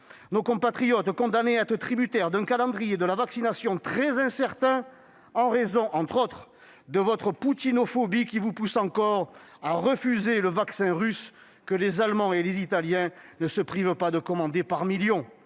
Nos compatriotes sont condamnés à être tributaires d'un calendrier de la vaccination très incertain en raison, entre autres choses, de votre « poutinophobie », qui vous pousse encore à refuser le vaccin russe que les Allemands et les Italiens ne se privent pas de commander par millions.